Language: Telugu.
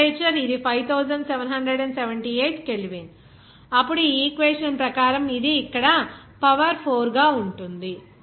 టెంపరేచర్ ఇది 5778 కెల్విన్ అప్పుడు ఈ ఈక్వేషన్ ప్రకారం ఇది ఇక్కడ పవర్ 4 గా ఉంటుంది